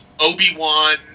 Obi-Wan